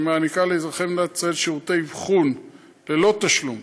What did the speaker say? שמעניקה לאזרחי מדינת ישראל שירותי אבחון ללא תשלום.